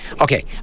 Okay